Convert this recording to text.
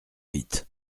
vite